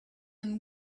and